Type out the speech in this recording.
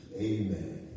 Amen